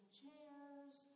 chairs